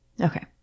Okay